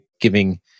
giving